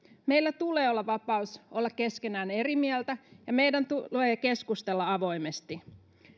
meillä tulee olla vapaus olla keskenään eri mieltä ja meidän tulee keskustella avoimesti